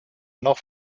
noch